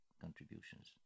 contributions